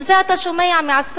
את זה אתה שומע מעשרות.